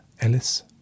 Ellis